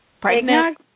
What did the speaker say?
Pregnant